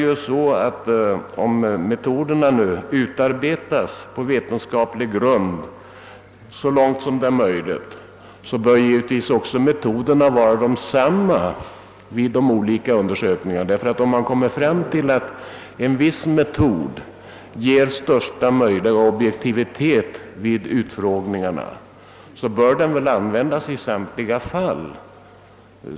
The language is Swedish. Om metoderna utarbetas på vetenskaplig grund så långt som det är möjligt, bör metoderna givetvis också vara desamma vid de olika undersökningarna, ty om man kommer fram till att en viss metod ger största möjliga objektivitet vid utfrågningarna, bör väl den metoden användas i samtliga fall.